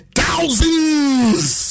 thousands